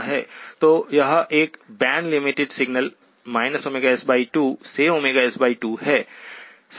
तो यह एक बैंड लिमिटेड सिग्नल s2 से s2 है